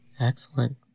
Excellent